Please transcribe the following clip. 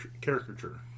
caricature